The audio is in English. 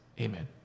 Amen